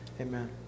Amen